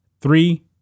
three